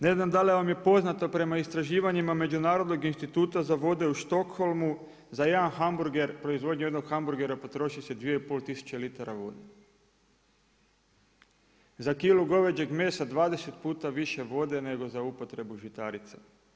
Ne znam da li vam je poznato prema istraživanjima Međunarodnog instituta za vode u Stockholmu za jedan hamburger, proizvodnju jednog hamburgera potroši se 2,5 tisuće litara vode, za kilu goveđeg mesa 20 puta više vode nego za upotrebu žitarica.